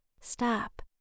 Stop